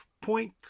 point